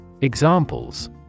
Examples